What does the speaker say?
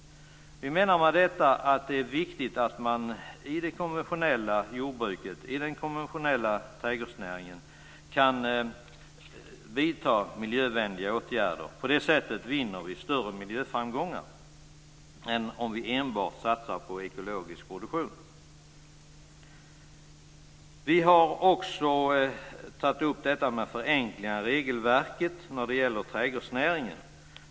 Vi menar med detta att det är viktigt att man i det konventionella jordbruket, i den konventionella trädgårdsnäringen kan vidta miljövänliga åtgärder. På det sättet vinner vi större miljöframgångar än om vi enbart satsar på ekologisk produktion. Vi har också tagit upp förenklingar av regelverket när det gäller trädgårdsnäringen.